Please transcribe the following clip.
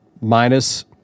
Minus